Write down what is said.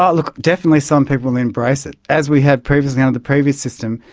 um look, definitely some people will embrace it. as we have previously under the previous system,